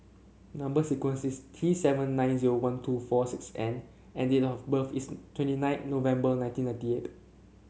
number sequence is T seven nine zero one two four six N and date of birth is twenty nine November nineteen ninety eight